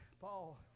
Paul